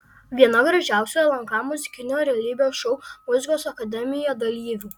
viena gražiausių lnk muzikinio realybės šou muzikos akademija dalyvių